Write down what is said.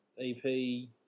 EP